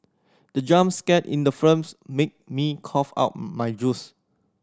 the jump scare in the films made me cough out my juice